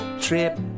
Trip